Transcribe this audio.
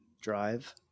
drive